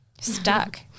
Stuck